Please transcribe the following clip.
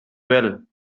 well